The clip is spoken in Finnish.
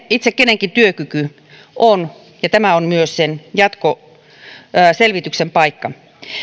itse kenenkin työkyky on ja tämä on myös sen jatkoselvityksen paikka